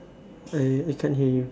I I can't hear you